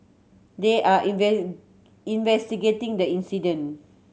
they are investigating the incident